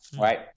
right